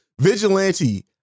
Vigilante